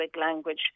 language